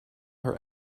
her